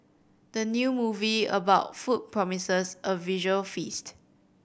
the new movie about food promises a visual feast